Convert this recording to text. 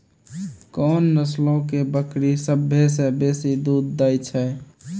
कोन नस्लो के बकरी सभ्भे से बेसी दूध दै छै?